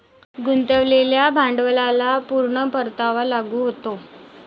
गुंतवलेल्या भांडवलाला पूर्ण परतावा लागू होतो